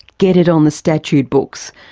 get it on the statute books,